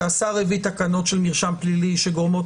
כי השר הביא תקנות של מרשם פלילי שגורמות